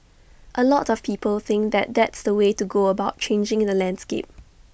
A lot of people think that that's the way to go about changing the landscape